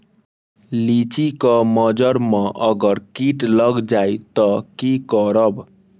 लिचि क मजर म अगर किट लग जाई त की करब?